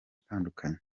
atandukanye